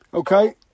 Okay